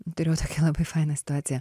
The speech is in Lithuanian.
turėjau tokią labai fainą situaciją